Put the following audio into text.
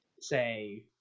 say